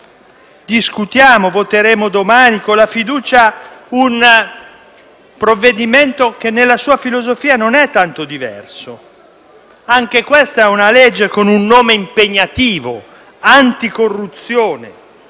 Oggi discutiamo e domani voteremo con la fiducia un provvedimento che nella sua filosofia non è tanto diverso. Anche questo è un disegno di legge con un nome impegnativo: «anticorruzione».